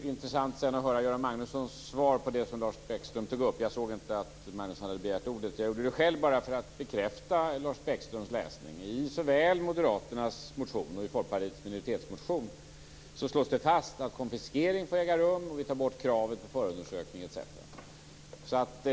blir intressant att höra Göran Magnussons svar på det som Lars Bäckström tog upp. Jag såg inte att Magnusson hade begärt ordet. Jag begärde det själv bara för att bekräfta Lars Bäckströms läsning. I såväl Moderaternas motion som Folkpartiets minoritetsmotion slås det fast att konfiskering får äga rum, och vi tar bort kravet på förundersökning, etc.